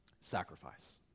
Sacrifice